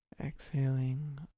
Exhaling